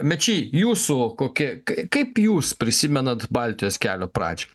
mečy jūsų kokie kai kaip jūs prisimenat baltijos kelio pradžią